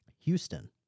Houston